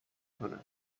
کنن